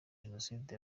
jenoside